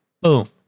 Boom